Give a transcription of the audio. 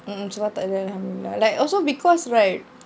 mm mm so far takde alhamdulillah like also because right